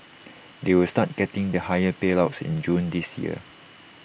they will start getting the higher payouts in June this year